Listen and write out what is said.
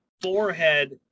forehead